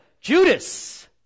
Judas